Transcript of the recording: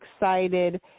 excited